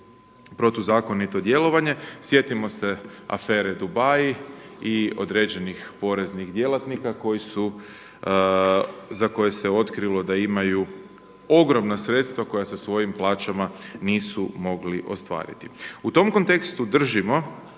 protuzakonito djelovanje. Sjetimo se afere Dubai i određenih poreznih djelatnika koji su, za koje se otkrilo da imaju ogromna sredstva koja sa svojim plaćama nisu mogli ostvariti. U tom kontekstu držimo